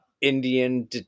Indian